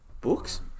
Books